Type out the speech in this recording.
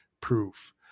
proof